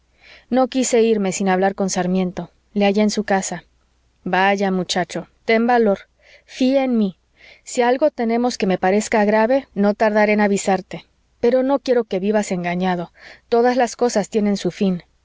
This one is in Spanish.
no quise irme sin hablar con sarmiento le hallé en su casa vaya muchacho ten valor fía en mí si algo tenemos que me parezca grave no tardaré en avisarte pero no quiero que vivas engañado todas las cosas tienen su fin